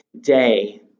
day